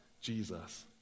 Jesus